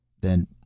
Then